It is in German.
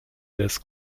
des